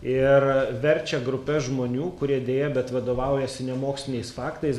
ir verčia grupes žmonių kurie deja bet vadovaujasi ne moksliniais faktais